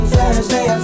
Thursday